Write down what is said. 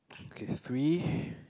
okay three